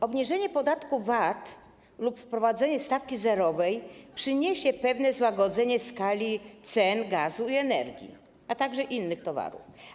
Obniżenie podatku VAT lub wprowadzenie stawki zerowej przyniesie pewne złagodzenie skali podwyżek cen gazu i energii, a także innych towarów.